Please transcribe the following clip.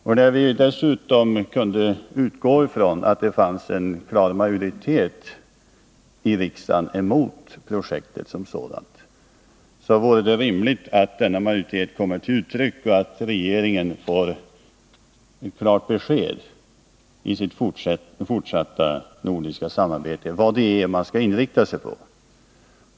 Då vi dessutom kan utgå ifrån att det finns en klar majoritet i riksdagen emot projektet som sådant, är det rimligt att denna majoritet kommer till uttryck och att regeringen får klart besked om vad den bör inrikta sig på i det fortsatta nordiska samarbetet.